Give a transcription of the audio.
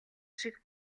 шиг